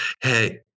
hey